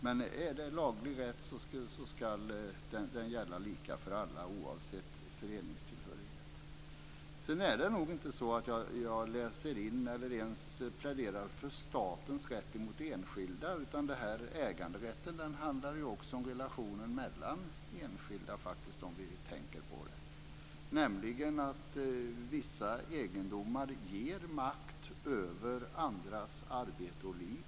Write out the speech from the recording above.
Men är det laglig rätt ska den gälla lika för alla, oavsett föreningstillhörighet. Jag läser nog inte in, eller ens pläderar för, statens rätt mot enskilda. Äganderätten handlar ju också om relationen mellan enskilda, om vi tänker närmare på det. Vissa egendomar ger nämligen makt över andras arbete och liv.